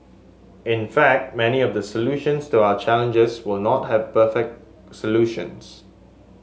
in fact many of the solutions to our challenges will not have perfect solutions